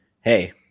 Hey